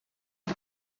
тэр